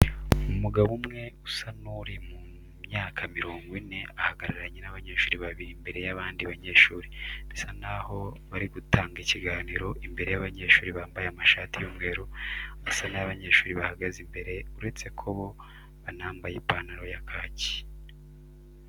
Umugabo umwe usa n'uri mu myaka mirongo ine ahagararanye n'abanyeshuri babiri imbere y'abandi banyeshuri, bisa n'aho bari gutanga ikiganiro imbere y'abanyeshuri bambaye amashati y'umweru asa n'ay'abanyeshuri bahagaze imbere uretse ko bo banambaye ipantaro ya kaki.